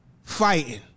fighting